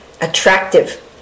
attractive